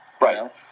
Right